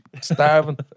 starving